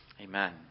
Amen